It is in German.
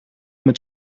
mit